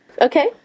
Okay